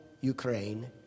Ukraine